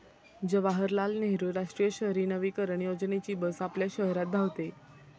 जवाहरलाल नेहरू राष्ट्रीय शहरी नवीकरण योजनेची बस आपल्या शहरात धावते